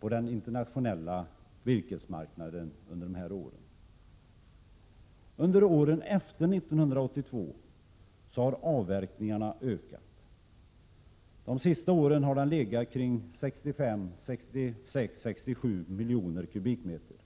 på den internationella virkesmarknaden under dessa år. Under åren efter 1982 har avverkningen ökat. De senaste åren har den legat på 65—67 miljoner skogskubikmeter per år.